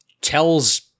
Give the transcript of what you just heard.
tells